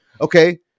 Okay